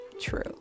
true